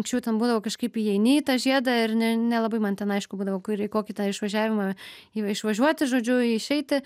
anksčiau ten būdavo kažkaip įeini į tą žiedą ir ne nelabai man ten aišku būdavo kur į kitį tą išvažiavimą į išvažiuoti žodžiu išeiti